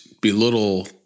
belittle